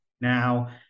Now